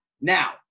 Now